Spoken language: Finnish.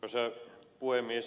arvoisa puhemies